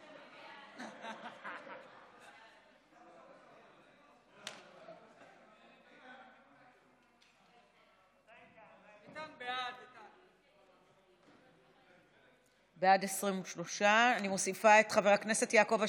בעד, 23. אני מוסיפה את חבר הכנסת יעקב אשר.